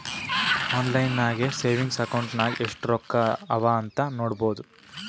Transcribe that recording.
online ನಾಗೆ savings account ನಾಗ್ ಎಸ್ಟ್ ರೊಕ್ಕಾ ಅವಾ ಅಂತ್ ನೋಡ್ಬೋದು